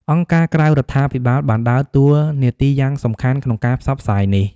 អង្គការក្រៅរដ្ឋាភិបាល បានដើរតួនាទីយ៉ាងសំខាន់ក្នុងការផ្សព្វផ្សាយនេះ។